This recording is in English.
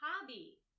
hobby